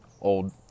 old